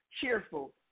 cheerful